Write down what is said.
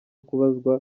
kubazwa